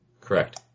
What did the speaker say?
Correct